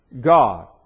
God